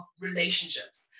relationships